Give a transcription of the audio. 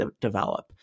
develop